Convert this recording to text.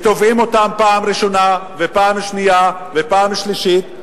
ותובעים אותם פעם ראשונה ופעם שנייה ופעם שלישית.